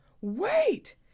Wait